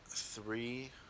Three